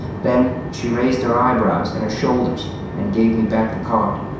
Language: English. then she raised her eyebrows and her shoulders and gave me back the card.